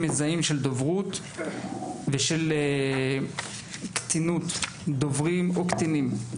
מזהים של דוברות ושל קטינות דוברים או קטינים.